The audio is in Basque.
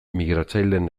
migratzaileen